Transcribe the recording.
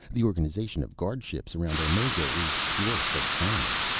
the organization of guardships around omega is pure facade.